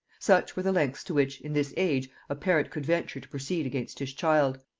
such were the lengths to which, in this age, a parent could venture to proceed against his child,